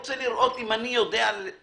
לראות אם אני יודע לעזור,